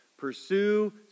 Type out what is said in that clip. Pursue